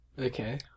Okay